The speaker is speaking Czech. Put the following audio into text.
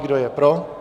Kdo je pro?